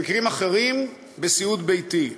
במקרים אחרים בסיעוד ביתי.